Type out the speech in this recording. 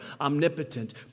omnipotent